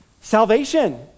salvation